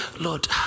Lord